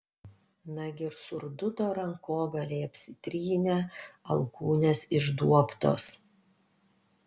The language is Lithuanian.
nagi ir surduto rankogaliai apsitrynę alkūnės išduobtos